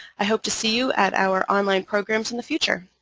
i hope to see you at our online programs in the future.